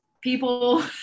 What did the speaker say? people